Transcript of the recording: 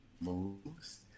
moves